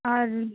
और भी